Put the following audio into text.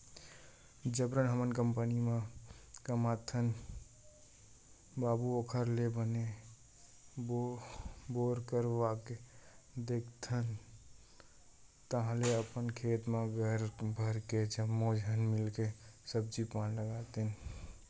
जबरन हमन कंपनी म कमाथन बाबू ओखर ले बने बोर करवाके देखथन ताहले अपने खेत म घर भर के जम्मो झन मिलके सब्जी पान लगातेन